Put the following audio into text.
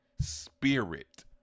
spirit